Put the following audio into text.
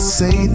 say